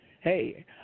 hey